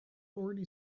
already